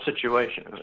situation